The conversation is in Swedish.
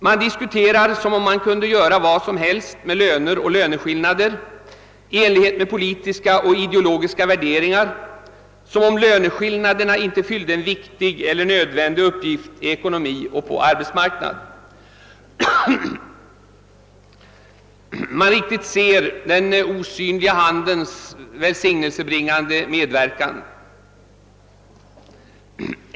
Man diskuterar som om man kunde göra vad som helst med löner och löneskillnader i enlighet med politiska och ideologiska värderingar, som om löneskillnaderna inte fyllde en viktig eller nödvändig uppgift i ekonomi och på arbetsmarknad.» Man riktigt ser den osynliga handens välsignelsebringande medverkan i detta uttalande.